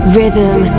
Rhythm